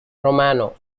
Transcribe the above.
romano